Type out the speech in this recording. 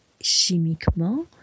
chimiquement